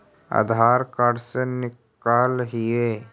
आधार card से निकाल हिऐ?